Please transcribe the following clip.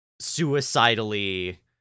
Suicidally